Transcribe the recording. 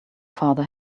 father